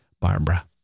Barbara